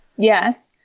Yes